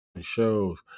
shows